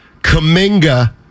Kaminga